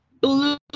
blue